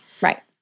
Right